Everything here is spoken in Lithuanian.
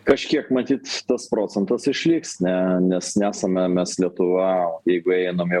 kažkiek matyt tas procentas išliks ne nes nesame mes lietuva jeigu einam jau